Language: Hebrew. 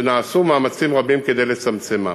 שנעשו מאמצים רבים כדי לצמצמה.